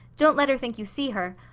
don't let her think you see her.